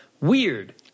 Weird